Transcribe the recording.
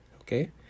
okay